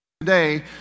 today